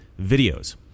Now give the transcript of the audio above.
videos